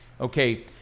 Okay